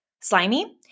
slimy